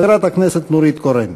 חברת הכנסת נורית קורן.